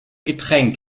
getränk